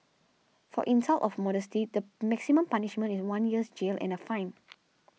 for insult of modesty the maximum punishment is one year's jail and a fine